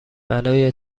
برای